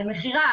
על מכירה,